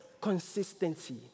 consistency